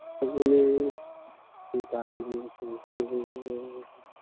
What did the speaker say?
माने गाबोन समफोर